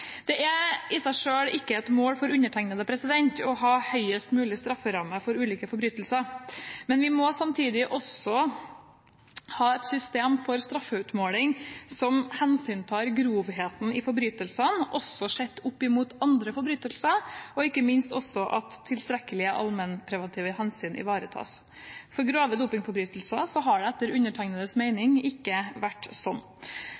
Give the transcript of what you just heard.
Det er ikke et mål i seg selv for meg å ha høyest mulig strafferamme for ulike forbrytelser, men vi må samtidig også ha et system for straffeutmåling som hensyntar grovheten i forbrytelsene, også sett opp mot andre forbrytelser, og ikke minst at tilstrekkelige allmennpreventive hensyn ivaretas. For grove dopingforbrytelser har det etter min mening ikke vært sånn.